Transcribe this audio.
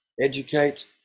educate